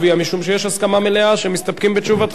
משום שיש הסכמה מלאה שמסתפקים בתשובתך.